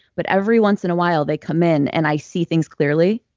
but every once in a while they come in, and i see things clearly,